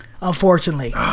Unfortunately